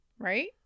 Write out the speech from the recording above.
Right